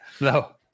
No